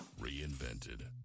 reinvented